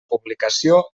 publicació